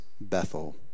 Bethel